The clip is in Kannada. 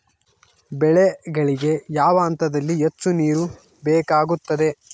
ಬೆಳೆಗಳಿಗೆ ಯಾವ ಹಂತದಲ್ಲಿ ಹೆಚ್ಚು ನೇರು ಬೇಕಾಗುತ್ತದೆ?